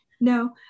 No